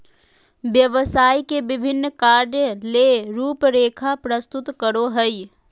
व्यवसाय के विभिन्न कार्य ले रूपरेखा प्रस्तुत करो हइ